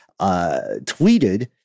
tweeted